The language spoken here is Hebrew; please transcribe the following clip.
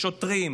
שוטרים,